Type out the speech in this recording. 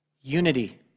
unity